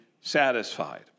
satisfied